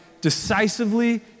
decisively